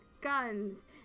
guns